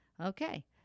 Okay